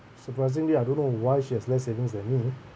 surprisingly I don't know why she has less savings than me